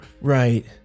Right